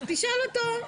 תשאל אותו.